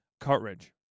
Cartridge